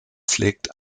pflegt